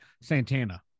Santana